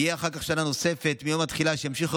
ותהיה אחר כך שנה נוספת מיום התחילה שבה ימשיכו